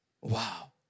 Wow